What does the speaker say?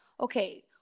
okay